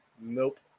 Nope